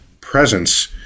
presence